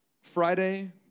Friday